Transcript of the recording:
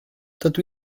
dydw